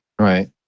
Right